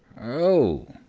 oh!